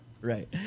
Right